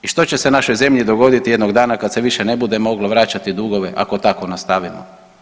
I što će se našoj zemlji dogoditi jednog dana kad se više ne bude moglo vraćati dugove ako tako nastavimo?